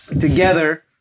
Together